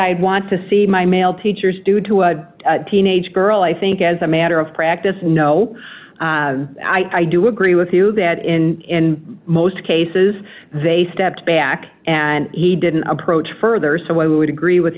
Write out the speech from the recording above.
i want to see my male teachers do to a teenage girl i think as a matter of practice no i do agree with you that in most cases they stepped back and he didn't approach further so i would agree with